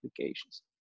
applications